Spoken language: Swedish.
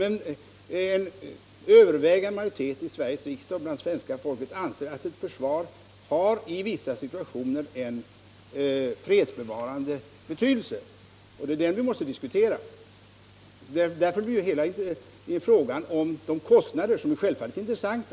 Men den övervägande majoriteten i Sveriges riksdag och bland svenska folket anser att ett försvar i vissa situationer har en fredsbevarande betydelse, och det är detta vi måste diskutera. Då är frågan om kostnaderna självfallet intressant.